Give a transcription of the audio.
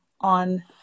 on